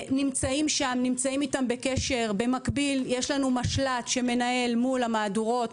נמצאים איתם בקשר ובמקביל יש לנו משל"ט שמנהל מול המהדורות,